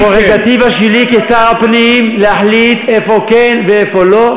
זו פררוגטיבה שלי כשר הפנים להחליט איפה כן ואיפה לא,